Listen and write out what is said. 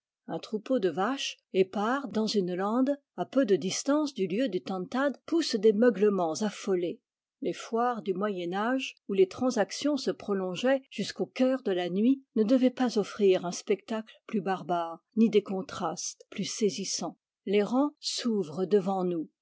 un troupeau de vaches épars dans une lande à peu de distance du lieu du tantad pousse des meuglements affolés les foires du moyen âge où les transactions se prolongeaient jusqu'au cœur de la nuit ne devaient pas offrir un spectacle plus barbare ni des contrastes plus saisissants les rangs s'ouvrent devant nous